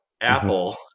Apple